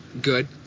good